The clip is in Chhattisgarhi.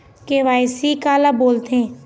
के.वाई.सी काला बोलथें?